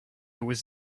was